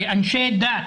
אנשי דת.